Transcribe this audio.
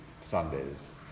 Sundays